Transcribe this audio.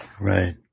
Right